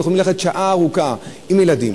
יכולים ללכת שעה ארוכה, עם ילדים.